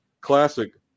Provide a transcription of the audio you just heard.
Classic